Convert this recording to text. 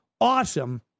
awesome